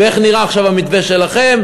ואיך נראה עכשיו במתווה שלכם,